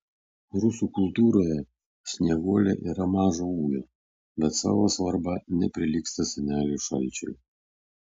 rusų kultūroje snieguolė yra mažo ūgio bet savo svarba neprilygsta seneliui šalčiui